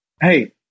hey